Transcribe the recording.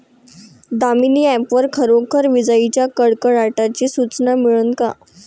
Damini app वर खरोखर विजाइच्या कडकडाटाची सूचना मिळन का?